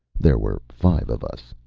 there were five of us,